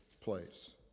place